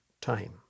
time